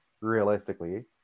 realistically